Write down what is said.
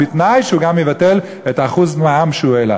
בתנאי שהוא גם יבטל את 1% המע"מ שהוא העלה.